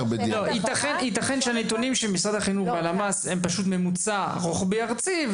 ייתכן שהנתונים של משרד החינוך והלמ"ס הם פשוט ממוצע רוחבי ארצי,